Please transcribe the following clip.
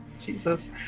Jesus